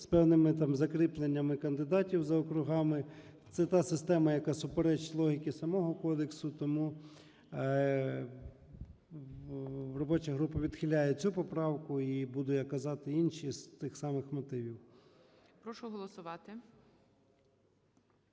з певними там закріпленнями кандидатів за округами. Це та система, яка суперечить логіці самого кодексу. Тому робоча група відхиляє цю поправку, і буду я казати інші, з тих самих мотивів.